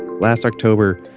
last october,